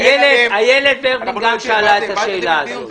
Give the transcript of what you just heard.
איילת שאלה את השאלה הזאת.